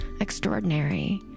extraordinary